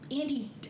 Andy